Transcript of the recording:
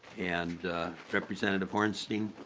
and representative hornstein